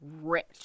rich